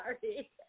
sorry